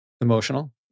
Emotional